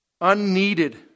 unneeded